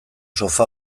sofa